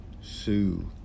Sue